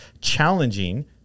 challenging